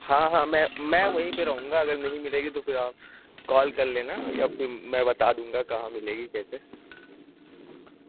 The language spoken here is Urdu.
ہاں ہاں میں میں وہیں پہ رہوں گا اگر نہیں ملے گی تو پھر آپ کال کر لینا یا پھر میں بتا دوں گا کہاں ملے گی کیسے